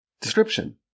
description